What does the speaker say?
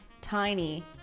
tiny